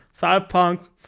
Cyberpunk